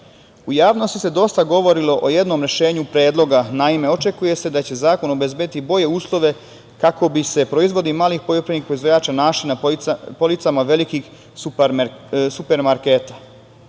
javnosti se dosta govorilo o jednom rešenju predloga. Naime, očekuje se da će zakon obezbediti bolje uslove, kako bi se proizvodi malih poljoprivrednih proizvođača našli na policama velikih supermarketa. Ne